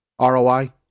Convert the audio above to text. ROI